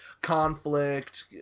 conflict